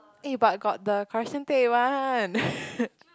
eh but got the correction tape one